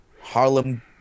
harlem